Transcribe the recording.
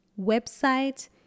website